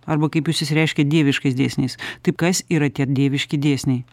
arba kaip jūs išsireiškėt dieviškais dėsniais tai kas yra tie dieviški dėsniai